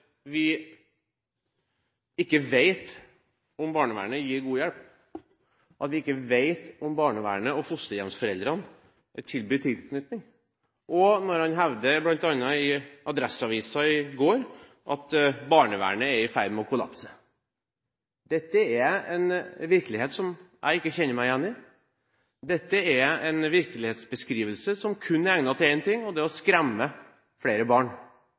vi ikke vet om barnevernet gir god hjelp, at vi ikke vet om barnevernet og fosterhjemsforeldrene er tilbudt tilknytning. Han hevdet bl.a. i Adresseavisen i går at barnevernet er i ferd med å kollapse. Dette er en virkelighet som jeg ikke kjenner meg igjen i. Dette er en virkelighetsbeskrivelse som kun er egnet til én ting, og det er å skremme flere barn.